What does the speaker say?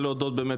כדי שתהיה כאן